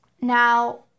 now